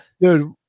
dude